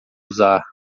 usar